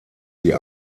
sie